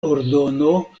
ordono